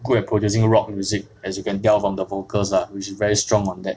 good at producing rock music as you can tell from the focus lah which very strong on that